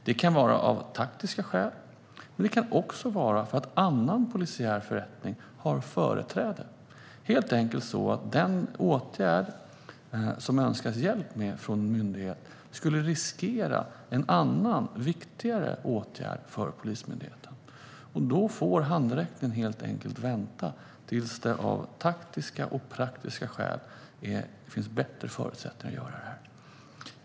Det kan handla om taktiska skäl eller för att annan polisiär förrättning har företräde. Den åtgärd som en myndighet behöver hjälp med skulle helt enkelt kunna riskera en annan för Polismyndigheten viktigare åtgärd. Då får handräckning vänta tills det av taktiska och praktiska skäl finns bättre förutsättningar.